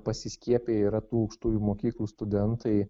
pasiskiepiję yra tų aukštųjų mokyklų studentai